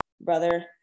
brother